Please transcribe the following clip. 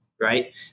right